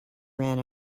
ran